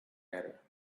better